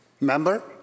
Member